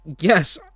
yes